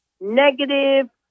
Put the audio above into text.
Negative